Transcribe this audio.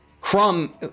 Crumb